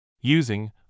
Using